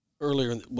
earlier